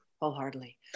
wholeheartedly